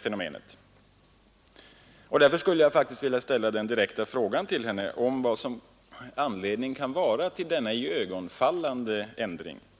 fenomenet. Jag skulle därför vilja ställa en direkt fråga till henne, och det är vad anledningen till denna iögonfallande minskning kan vara.